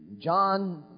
John